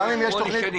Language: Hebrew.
גם אם יש תוכנית.